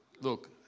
Look